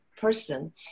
person